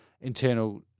internal